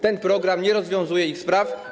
Ten program nie rozwiązuje ich spraw.